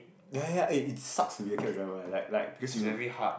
ya ya ya eh it sucks to be a cab driver eh like like because you